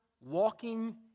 walking